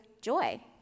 joy